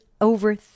over